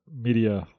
Media